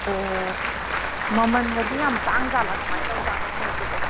ꯑꯣ ꯃꯃꯟꯒꯗꯤ ꯌꯥꯝ ꯇꯥꯡꯖꯥꯠꯂꯥ ꯀꯃꯥꯏ ꯇꯧꯖꯥꯠꯅꯣ ꯃꯣꯏꯁꯤꯕꯣ